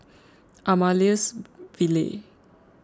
Amaryllis Ville